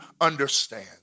understand